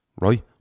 right